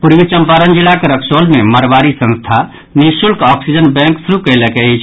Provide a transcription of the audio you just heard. पूर्वी चम्पारण जिलाक रक्सौल मे मारवाड़ी संस्था निःशुल्क ऑक्सीजन बैंक शुरू कयलक अछि